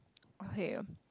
okay